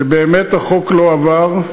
שם באמת החוק לא עבר,